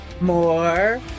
more